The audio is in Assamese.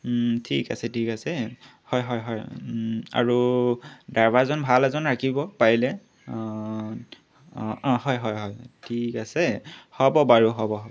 ঠিক আছে ঠিক আছে হয় হয় হয় আৰু ড্ৰাইভাৰজন ভাল এজন ৰাখিব পাৰিলে অঁ অঁ হয় হয় হয় ঠিক আছে হ'ব বাৰু হ'ব